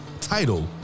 title